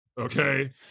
okay